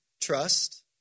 trust